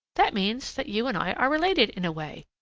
that means that you and i are related in a way,